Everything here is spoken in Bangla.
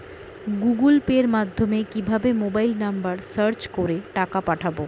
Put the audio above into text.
গুগোল পের মাধ্যমে কিভাবে মোবাইল নাম্বার সার্চ করে টাকা পাঠাবো?